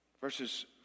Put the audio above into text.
verses